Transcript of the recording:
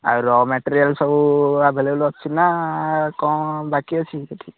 ଆଉ raw material ସବୁ available ଅଛି ନା କ'ଣ ବାକି ଅଛି ସେଠି